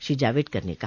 श्री जावड़ेकर ने कहा